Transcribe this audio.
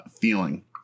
feeling